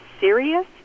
serious